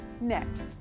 next